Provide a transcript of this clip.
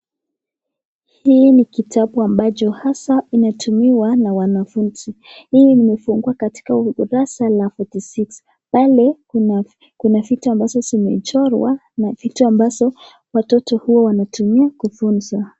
Hii ni kitabu ambacho hasaa imetumiwa na wanafunzi. Hii imefungua katika ukurasa la 46. Pale, kuna vitu ambazo zimechorwa na vitu ambazo watoto huwa wanatumia kufunza.